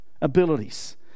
abilities